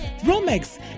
Romex